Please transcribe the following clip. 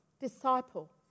disciple